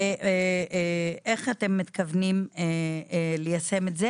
ואיך אתם מתכוונים ליישם את זה.